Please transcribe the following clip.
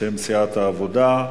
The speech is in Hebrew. בשם סיעת העבודה.